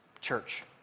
Church